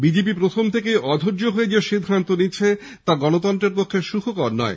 BJP প্রথম থেকেই অধৈর্য্য হয়ে যে সিদ্ধান্ত নিচ্ছে তা গণতন্ত্রের পক্ষে সুখকর নয়